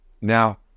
now